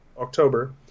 October